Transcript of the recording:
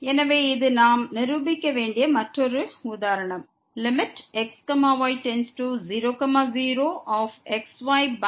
எனவே இது நாம் நிரூபிக்க வேண்டிய மற்றொரு உதாரணம் xy00xyx2y20